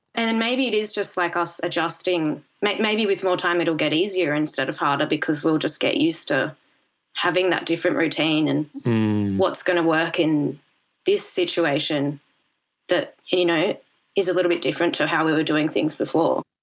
and and maybe it is just like us adjusting, maybe with more time it'll get easier instead of harder because we will just get used to having that different routine and what's going to work in this situation that you know is a little bit different to different to how we were doing things before.